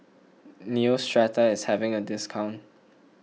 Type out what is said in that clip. Neostrata is having a discount